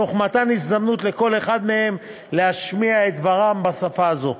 תוך מתן הזדמנות לכל אחד מהם להשמיע את דברם בשפה זו.